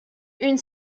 une